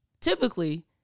typically